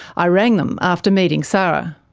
i rang them after meeting sara.